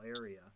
area